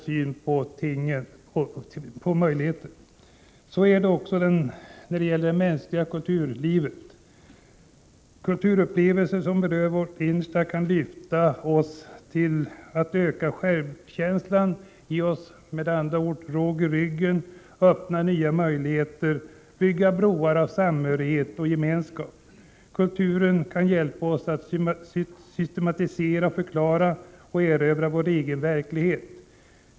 Så gör också det mänskliga kulturlivet. Kulturupplevelser som berör vårt innersta kan lyfta oss som människor, stärka självkänslan, ge oss råg i ryggen, öppna nya möjligheter och bygga broar av samhörighet och gemenskap. Kulturen kan hjälpa oss att systematisera, förklara och erövra vår egen verklighet.